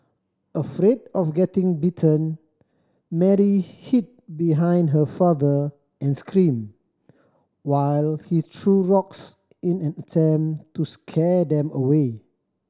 afraid of getting bitten Mary hid behind her father and screamed while he threw rocks in an attempt to scare them away